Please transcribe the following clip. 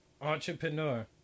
Entrepreneur